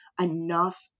enough